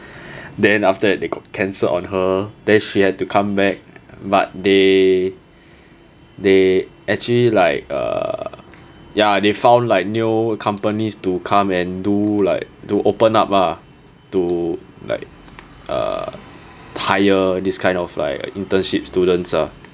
then after that they got cancelled on her then she had to come back but they they actually like uh ya they found like new companies to come and do like to open up ah to like uh tire this kind of like uh internship students ah